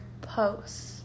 posts